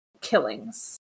killings